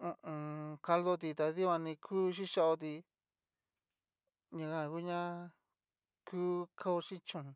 ho o on. caldoti ta dikuani ku xhixhaoti, ña jan nguña ku kao chín chón.